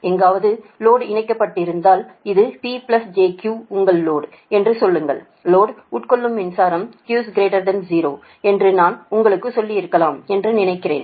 எங்காவது லோடு இணைக்கப்பட்டிருந்தால் இது P j Q உங்கள் லோடு என்று சொல்லுங்கள் லோடு உட்கொள்ளும் மின்சாரம் Q 0 என்று நான் உங்களுக்குச் சொல்லியிருக்கலாம் என்று நினைக்கிறேன்